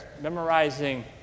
memorizing